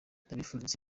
ndabifuriza